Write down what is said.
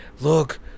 Look